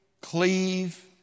cleave